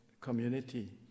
Community